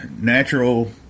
natural